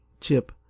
chip